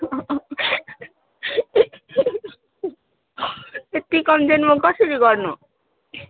यति कम चाहिँ म कसरी गर्नु